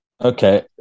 Okay